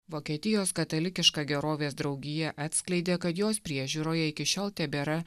vokietijos katalikiška gerovės draugija atskleidė kad jos priežiūroje iki šiol tebėra